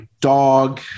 dog